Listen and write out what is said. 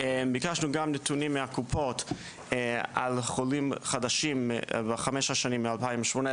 ביקשנו גם נתונים מהקופות על חולים חדשים בחמש השנים האחרונות,